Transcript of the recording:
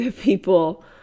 people